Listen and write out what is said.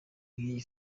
nk’iyi